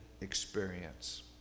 experience